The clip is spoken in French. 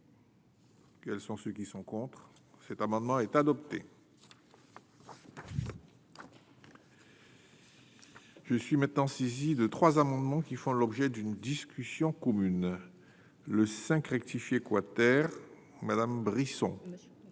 Quels sont ceux qui sont contre cet amendement est adopté. Je suis maintenant saisi de trois amendements qui font l'objet d'une discussion commune le 5 rectifier quater Madame Brisson